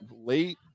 late